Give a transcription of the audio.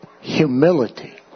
Humility